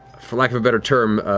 for lack of a better term,